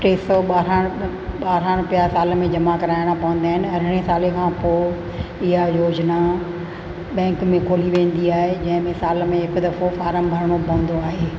टे सौ ॿाहरण ॿारहां रुपया साल में जमा कराइणा पवंदा आहिनि अरिड़हां साल खां पोइ इहा योजना बैंक में खोली वेंदी आहे जंहिं में साल में हिकु दफ़ो फार्म भरिणो पवंदो आहे